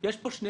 יש הרבה